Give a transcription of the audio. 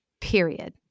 Period